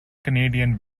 canadian